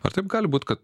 ar taip gali būti kad